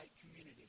community